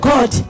God